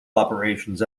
operations